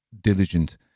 diligent